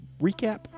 recap